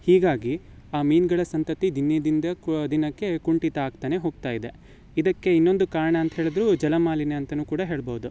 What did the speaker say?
ಹೀಗಾಗಿ ಆ ಮೀನುಗಳ ಸಂತತಿ ದಿನದಿಂದ ಕು ದಿನಕ್ಕೆ ಕುಂಠಿತ ಆಗ್ತಲೇ ಹೋಗ್ತಾ ಇದೆ ಇದಕ್ಕೆ ಇನ್ನೊಂದು ಕಾರಣ ಅಂತ ಹೇಳಿದ್ರೆ ಜಲಮಾಲಿನ್ಯ ಅಂತಲೂ ಕೂಡ ಹೇಳ್ಬೋದು